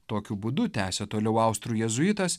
tokiu būdu tęsė toliau austrų jėzuitas